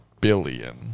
billion